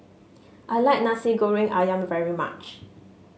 I like Nasi Goreng ayam very much